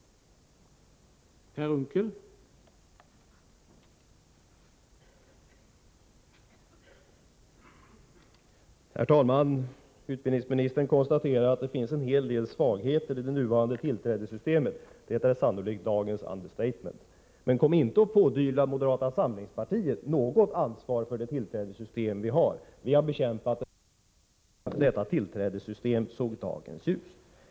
Här är vi överens.